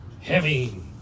heavy